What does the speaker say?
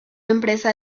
empresa